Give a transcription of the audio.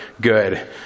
good